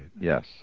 Yes